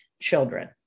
children